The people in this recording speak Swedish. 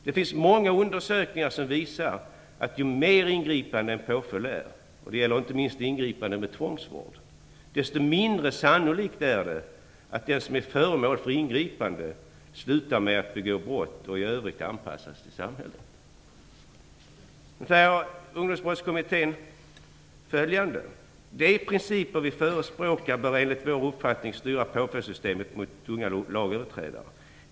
Det finns många undersökningar som visar att ju mer ingripande en påföljd är - och detta gäller inte minst ingripanden med tvångsvård - desto mindre sannolikt är det att den som är föremål för ingripandet slutar med att begå brott och i övrigt anpassas till samhället." Vidare säger Ungdomsbrottskommittén: "De principer vi förespråkar bör enligt vår uppfattning styra påföljdssystemet mot unga lagöverträdare.